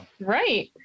Right